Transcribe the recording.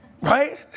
right